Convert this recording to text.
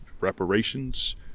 reparations